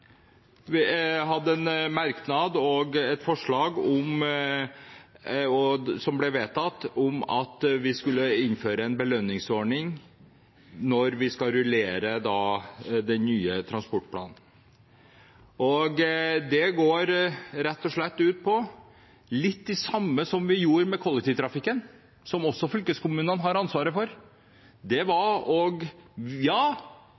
flertallet hadde en merknad og et forslag, som ble vedtatt, om at vi skulle innføre en belønningsordning når vi skal rullere den nye transportplanen. Det går rett og slett ut på litt av det samme som vi gjorde med kollektivtrafikken, som også fylkeskommunene har ansvaret for: